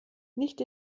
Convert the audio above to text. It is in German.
nicht